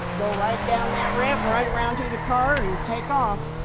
go right down that ramp, right around to the car and take off.